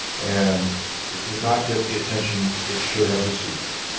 and it did not get the attention it should have received